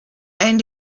ein